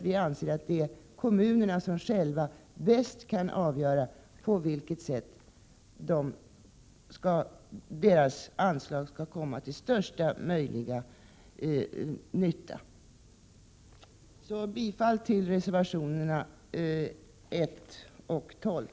Vi anser att 55 kommunerna själva bäst avgör på vilket sätt anslagen kommer till största möjliga nytta. Jag yrkar bifall till reservationerna 1 och 12.